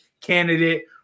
candidate